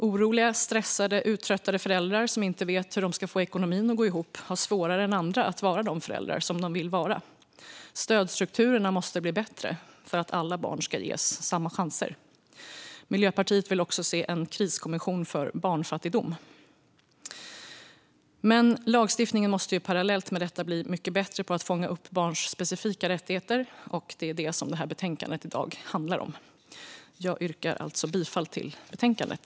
Oroliga, stressade och uttröttade föräldrar som inte vet hur de ska få ekonomin att gå ihop har svårare än andra att vara de föräldrar de vill vara. Stödstrukturerna måste bli bättre för att alla barn ska ges samma chanser. Miljöpartiet vill också se en kriskommission för barnfattigdom. Men lagstiftningen måste parallellt med detta bli mycket bättre på att fånga upp barns specifika rättigheter, och det är detta som betänkandet i dag handlar om. Jag yrkar alltså bifall till förslaget i betänkandet.